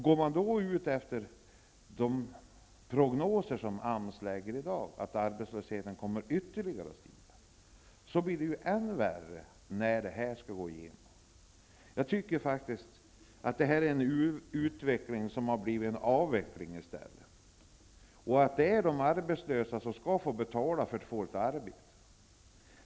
Situationen blir än värre om förslaget går igenom med tanke på de prognoser som AMS ställer i dag, nämligen att arbetslösheten kommer att öka ytterligare. Det är en utveckling som i stället blir en avveckling. De arbetslösa skall betala för att få ett arbete.